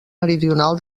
meridional